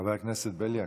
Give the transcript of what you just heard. חבר הכנסת בליאק,